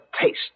taste